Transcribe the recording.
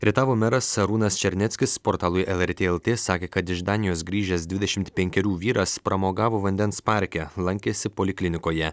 rietavo meras arūnas černeckis portalui lrt lt sakė kad iš danijos grįžęs dvidešimt penkerių vyras pramogavo vandens parke lankėsi poliklinikoje